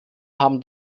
haben